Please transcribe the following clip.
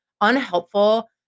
unhelpful